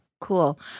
Cool